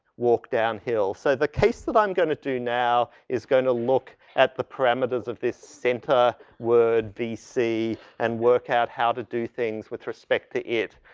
walk downhill. so, the case that i'm going to do now is gonna look at the parameters of this center word vc and work out how to do things with respect to it.